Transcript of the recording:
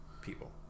people